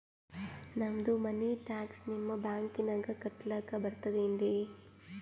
ನಮ್ದು ಮನಿ ಟ್ಯಾಕ್ಸ ನಿಮ್ಮ ಬ್ಯಾಂಕಿನಾಗ ಕಟ್ಲಾಕ ಬರ್ತದೇನ್ರಿ?